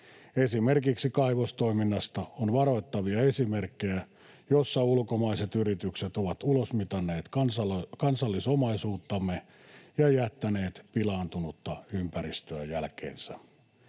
Esimerkiksi kaivostoiminnasta on varoittavia esimerkkejä, joissa ulkomaiset yritykset ovat ulosmitanneet kansallis-omaisuuttamme ja jättäneet pilaantunutta ympäristöä jälkeensä.